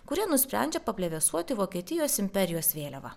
kurie nusprendžia plevėsuoti vokietijos imperijos vėliavą